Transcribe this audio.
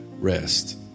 rest